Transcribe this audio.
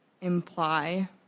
imply